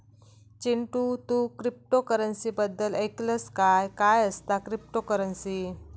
चिंटू, तू क्रिप्टोकरंसी बद्दल ऐकलंस काय, काय असता क्रिप्टोकरंसी?